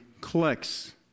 collects